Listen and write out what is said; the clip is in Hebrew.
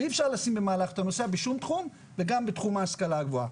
אי אפשר לשים במהלך ולנסוע בשום תחום וגם בתחום ההשכלה הגבוהה,